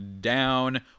down